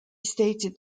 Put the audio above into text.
stated